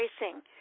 racing